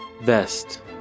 Vest